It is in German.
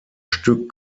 stück